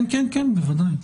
כן, בוודאי.